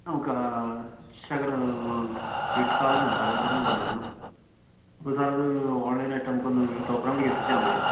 നമുക്കാ ശകലം വീട്ടുസാധനങ്ങള് പലവ്യഞ്ജനങ്ങള് വേണമായിരുന്നു അപ്പോള് സാറത് ഓൺലൈനായിട്ട് നമുക്കൊന്ന് തോപ്രാങ്കുടിക്കെത്തിച്ചാമതിയെ